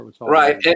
Right